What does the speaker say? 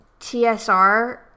TSR